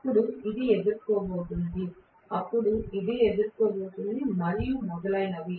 అప్పుడు ఇది ఎదుర్కోబోతోంది అప్పుడు ఇది ఎదుర్కోబోతోంది మరియు మొదలగునవి